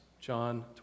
John